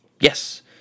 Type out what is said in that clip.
Yes